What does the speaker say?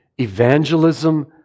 Evangelism